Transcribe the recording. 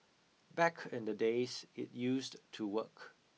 back in the days it used to work